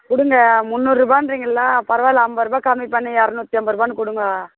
கொடுங்க முன்னூறுபான்றிங்கள பரவாயில்ல ஐம்பது ரூபா கம்மி பண்ணி இரநூத்தி ஐம்பது ரூபான்னு கொடுங்க